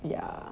ya